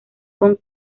funk